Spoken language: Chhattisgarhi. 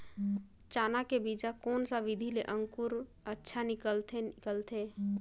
चाना के बीजा कोन सा विधि ले अंकुर अच्छा निकलथे निकलथे